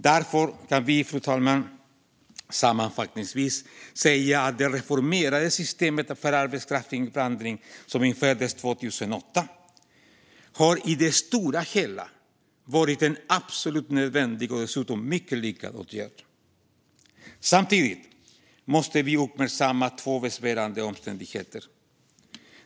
Därför kan vi sammanfattningsvis säga att det reformerade systemet för arbetskraftsinvandring, som infördes 2008, på det stora hela har varit en absolut nödvändig och dessutom mycket lyckad åtgärd. Samtidigt måste vi uppmärksamma två besvärande omständigheter.